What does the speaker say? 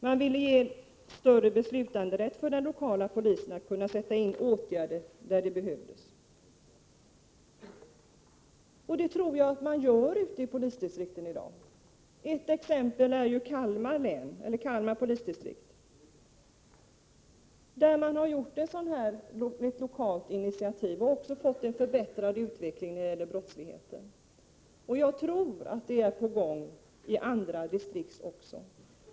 Man ville utöka beslutanderätten för den lokala polisen och ge möjlighet att sätta in åtgärder där de behövdes — och det tror jag att man gör ute i polisdistrikten i dag. Ett exempel är Kalmar polisdistrikt, där man har tagit ett lokalt initiativ och också fått en förbättrad utveckling när det gäller brottsligheten. Jag tror att det är på gång i andra distrikt också.